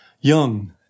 Young